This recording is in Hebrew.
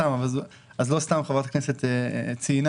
לא סתם חברת הכנסת ציינה.